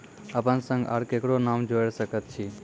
अपन संग आर ककरो नाम जोयर सकैत छी?